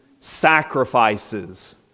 sacrifices